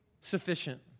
sufficient